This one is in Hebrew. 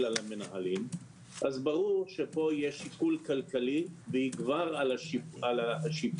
על המנהלים - אז ברור שפה יהיה שיקול כלכלי שיגבר על השיפוט